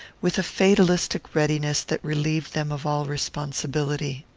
with a fatalistic readiness that relieved them of all responsibility.